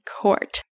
court